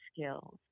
skills